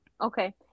Okay